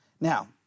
Now